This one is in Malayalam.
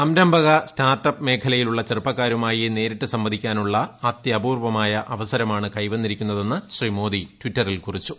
സംരംഭക സ്റ്റാർട്ടപ്പ് മേഖലയിലുള്ള ചെറുപ്പക്കാരുമായി നേരിട്ട് സംവദിക്കാനുള്ള അത്യപൂർവ്വമായ കൈവന്നിരിക്കുന്നതെന്ന് ശ്രീ മോദി ടിറ്ററിൽ കുറിച്ചു